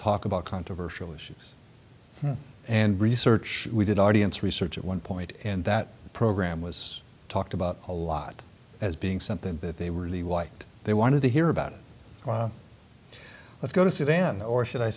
talk about controversial issues and research we did audience research at one point and that program was talked about a lot as being something that they really liked they wanted to hear about it let's go to sudan or should i